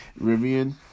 Rivian